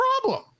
problem